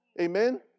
Amen